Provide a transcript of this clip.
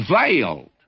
veiled